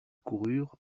coururent